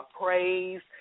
praise